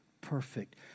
perfect